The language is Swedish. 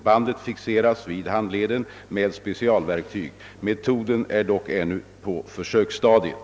Bandet fixeras vid handleden med specialverktyg. Metoden är dock ännu på försöksstadiet.